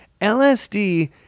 LSD